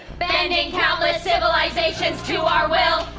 bending countless civilizations to our will.